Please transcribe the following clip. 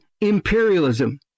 imperialism